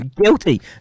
guilty